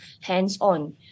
hands-on